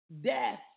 Death